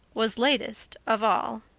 was latest of all.